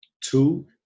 Two